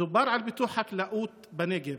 דובר על פיתוח חקלאות בנגב.